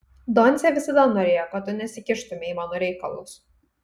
doncė visada norėjo kad tu nesikištumei į mano reikalus